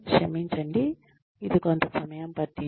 క్షమించండి ఇది కొంత సమయం పట్టింది